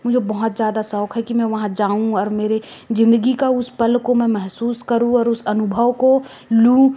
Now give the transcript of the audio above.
मुझे बहुत ज़्यादा शौक है कि मैं वहाँ जाऊँ और मेरे जिंदगी का उस पल को मैं महसूस करूँ और उस अनुभव को लूँ